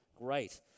Great